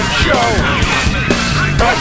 show